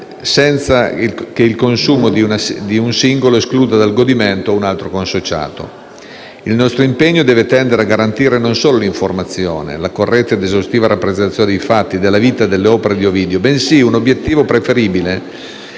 senza che il consumo di un singolo escluda dal godimento un altro consociato. Il nostro impegno deve tendere a garantire non solo l'informazione, la corretta ed esaustiva rappresentazione dei fatti, della vita e delle opere di Ovidio, bensì anche un obiettivo ancor più